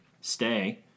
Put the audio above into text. stay